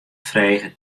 frege